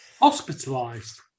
Hospitalized